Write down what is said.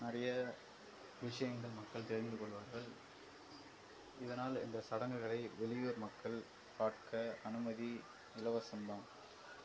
நிறைய விஷயங்கள் மக்கள் தெரிந்துக்கொள்வார்கள் இதனால் இந்த சடங்குகளை வெளியூர் மக்கள் பார்க்க அனுமதி இலவசம் தான்